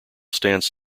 stands